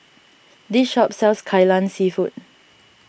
this shop sells Kai Lan Seafood